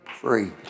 free